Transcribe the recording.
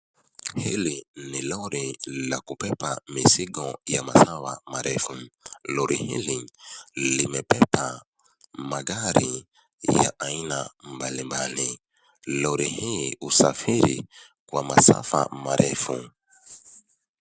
Hili ni lori la kubeba mizigo ya masaa marefu. Lori hili limebeba magari ya aina mbalimbali. Lori hii husafiri kwa masafa marefu.